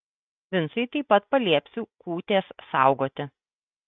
vincui taip pat paliepsiu kūtės saugoti